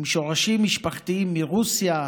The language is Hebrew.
עם שורשים משפחתיים מרוסיה,